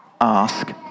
ask